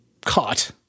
caught